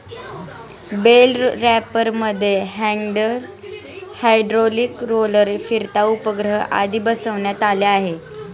bell रॅपरमध्ये handler, hydraulic roller, फिरता उपग्रह आदी बसवण्यात आले आहे